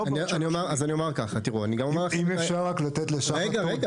בסדר.